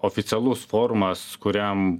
oficialus forumas kuriam